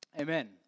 amen